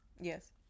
Yes